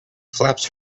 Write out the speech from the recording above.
flaps